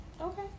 Okay